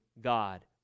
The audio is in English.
God